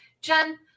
Jen